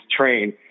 train